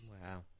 wow